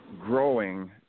growing